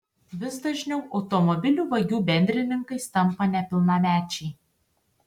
vis dažniau automobilių vagių bendrininkais tampa nepilnamečiai